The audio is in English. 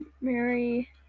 Mary